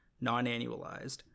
non-annualized